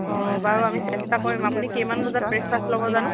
অঁ বাৰু আমি চেষ্টা কৰিম আপুনি কেইমান বজাত ব্ৰেকফাষ্ট ল'ব জানো